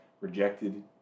rejected